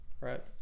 Right